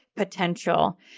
potential